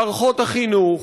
מערכות החינוך,